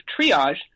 triage